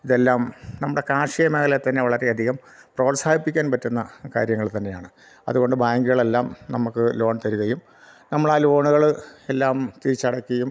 ഇതെല്ലാം നമ്മുടെ കാർഷിക മേഖല തന്നെ വളരെയധികം പ്രോത്സാഹിപ്പിക്കാൻ പറ്റുന്ന കാര്യങ്ങൾ തന്നെയാണ് അതുകൊണ്ട് ബാങ്കുകളെല്ലാം നമുക്ക് ലോൺ തരികയും നമ്മൾ ആ ലോണുകൾ എല്ലാം തിരിച്ചടയ്ക്കുകയും